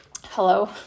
Hello